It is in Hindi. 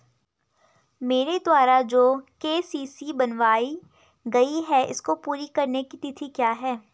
मेरे द्वारा जो के.सी.सी बनवायी गयी है इसको पूरी करने की तिथि क्या है?